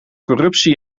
corruptie